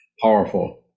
powerful